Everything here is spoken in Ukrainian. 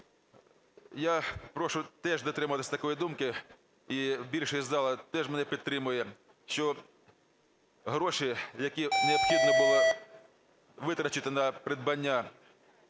Я прошу теж дотримуватися такої думки, і більшість зали теж мене підтримує, що гроші, які необхідно було витратити на придбання